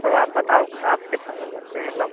तो आप बताओ आप कितना कर सकते हो मतलब